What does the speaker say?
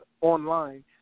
online